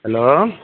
hello